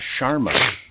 Sharma